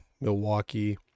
Milwaukee